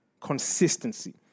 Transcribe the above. Consistency